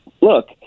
look